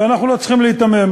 אנחנו לא צריכים להיתמם.